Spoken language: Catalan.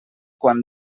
quan